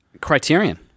Criterion